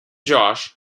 josh